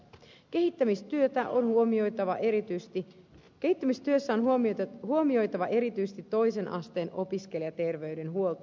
kehittämistyössä on huomioitava erityisesti kehittämistyö sanoa miten huomioitava erityisesti toisen asteen opiskelijaterveydenhuolto